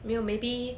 没有 maybe